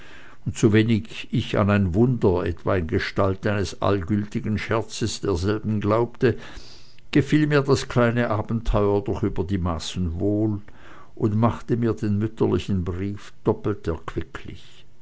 und sowenig ich an ein wunder etwa in gestalt eines allgütigen scherzes derselben glaubte gehe mir das kleine abenteuer doch über die maßen wohl und machte mir den mütterlichen brief doppelt